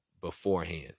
beforehand